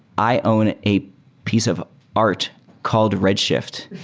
i own a piece of art called red shift.